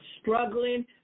struggling